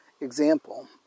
example